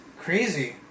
Crazy